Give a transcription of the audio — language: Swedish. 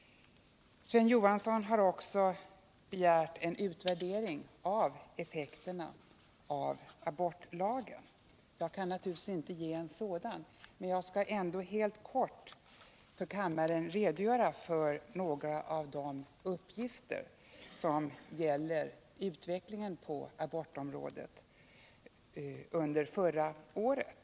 Sven Johansson har också begärt en utvärdering av effekterna av abortlagen. Jag kan naturligtvis inte nu ge en sådan, men jag skall ändå helt kortfattat för kammaren redogöra för några av de uppgifter som gäller utvecklingen på abortområdet under förra året.